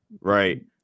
right